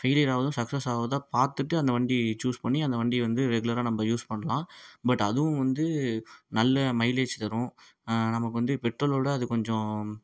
failure ஆகுதா success ஆகுதா பார்த்துட்டு அந்த வண்டி சூஸ் பண்ணி அந்த வண்டி வந்து ரெகுலராக நம்ப யூஸ் பண்ணலாம் பட் அதுவும் வந்து நல்ல மைலேஜ் தரும் நமக்கு வந்து பெட்ரோலோடு அது கொஞ்சம்